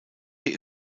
die